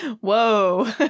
whoa